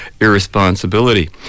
irresponsibility